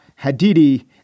Hadidi